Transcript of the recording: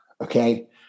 okay